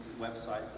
websites